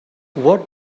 what